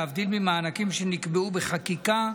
להבדיל ממענקים שנקבעו בחקיקה,